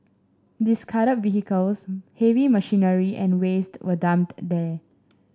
discard vehicles heavy machinery and waste were dumped there